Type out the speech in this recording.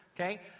Okay